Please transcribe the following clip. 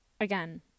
Again